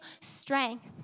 strength